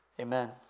Amen